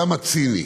כמה ציני.